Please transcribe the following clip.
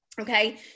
Okay